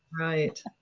Right